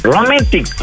Romantic